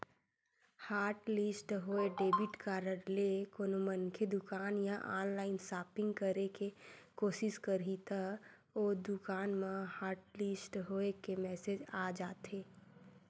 hotlist होए debit card ले कोनो मनखे दुकान या ऑनलाईन सॉपिंग करे के कोसिस करही त ओ दुकान म हॉटलिस्ट होए के मेसेज आ जाथे